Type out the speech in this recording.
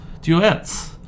Duets